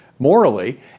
morally